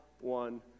one